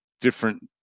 different